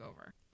over